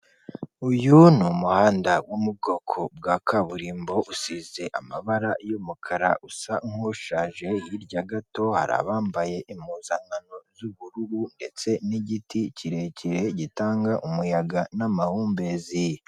Uyu ni umuhanda wo mu bwoko bwa kaburimbo usize amabara y'umukara usa nkushaje, hirya gato hari abambaye impuzankano z'ubururu ndetse n'igiti kirekire gitanga umuyaga n'amahumbezi.